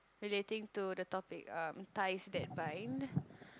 relating to the topic uh ties that bind